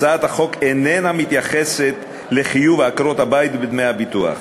הצעת החוק איננה מתייחסת לחיוב עקרות-הבית בדמי הביטוח.